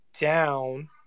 down